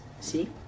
See